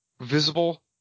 visible